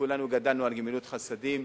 כולנו גדלנו על גמילות חסדים.